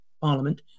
parliament